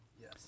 Yes